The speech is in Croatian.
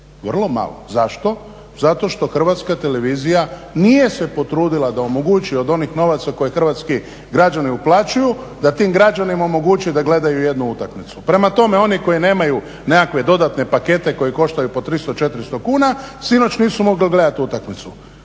Vrlo malo. Zašto? Zato što Hrvatska televizija nije se potrudila da omogući od onih novaca koji hrvatski građani uplaćuju, da tim građanima omogući da gledaju jednu utakmicu. Prema tome, oni koji nemaju nekakve dodatne pakete koji koštaju po 300, 400 kuna, sinoć nisu mogli odgledati utakmicu.